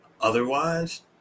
Otherwise